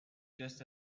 just